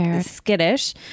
skittish